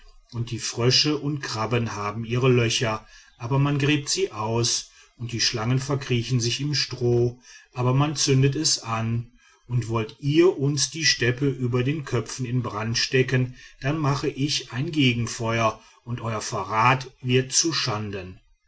und die frösche und krabben haben ihre löcher aber man gräbt sie aus und die schlangen verkriechen sich im stroh aber man zündet es an und wollt ihr uns die steppe über den köpfen in brand stecken dann mache ich ein gegenfeuer und euer verrat wird zuschanden